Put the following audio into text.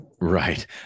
Right